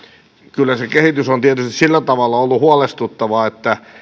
kyllä se kehitys on tietysti sillä tavalla ollut huolestuttava että